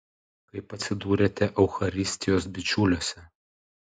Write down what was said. kaip atsidūrėte eucharistijos bičiuliuose